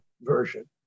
version